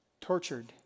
tortured